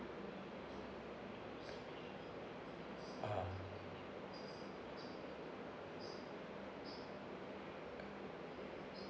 ah